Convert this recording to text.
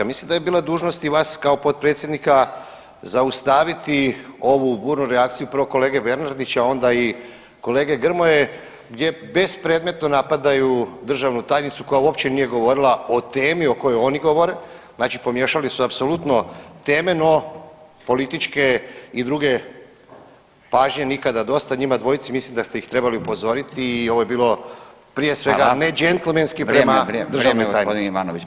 Mislim da je bila dužnost i vas kao potpredsjednika zaustaviti ovu burno reakciju prvo kolege Bernardića, a onda i kolege Grmoje gdje bespredmetno napadaju državnu tajnicu koja uopće nije govorila o temi o kojoj oni govore, znači pomiješali su apsolutno teme no političke i druge pažnje nikada dosta njima dvojici, mislim da ste ih trebali upozoriti i ovo je bilo prije sve nedžentlmenski [[Upadica: Vrijeme, vrijeme gospodin Ivanović.]] prema državnoj tajnici.